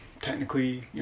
technically